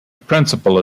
principle